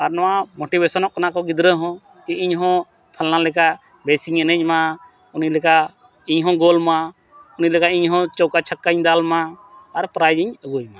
ᱟᱨ ᱱᱚᱣᱟ ᱢᱚᱴᱤᱵᱮᱥᱚᱱᱚᱜ ᱠᱟᱱᱟ ᱠᱚ ᱜᱤᱫᱽᱨᱟᱹ ᱦᱚᱸ ᱡᱮ ᱤᱧᱦᱚᱸ ᱯᱷᱟᱞᱱᱟ ᱞᱮᱠᱟ ᱵᱮᱥᱤᱧ ᱮᱱᱮᱡᱼᱢᱟ ᱩᱱᱤ ᱞᱮᱠᱟ ᱤᱧᱦᱚᱸ ᱜᱳᱞ ᱢᱟ ᱩᱱᱤ ᱞᱮᱠᱟ ᱤᱧᱦᱚᱸ ᱪᱚᱠᱟ ᱪᱷᱟᱠᱟᱧ ᱫᱟᱞᱢᱟ ᱟᱨ ᱯᱨᱟᱭᱤᱡᱽ ᱤᱧ ᱟᱹᱜᱩᱭᱼᱢᱟ